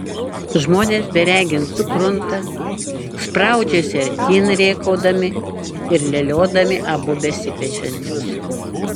žmonės beregint sukrunta spraudžiasi artyn rėkaudami ir leliodami abu besipešančius